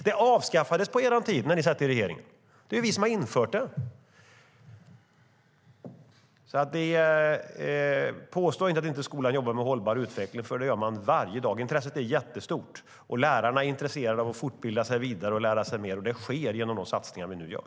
Det avskaffades på er tid, när ni satt i regeringen, och det är vi som har infört det. Påstå inte att skolan inte jobbar med hållbar utveckling, för det gör man varje dag! Intresset är jättestort, och lärarna är intresserade av att fortbilda sig och lära sig mer, och det sker genom de satsningar vi nu gör.